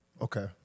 Okay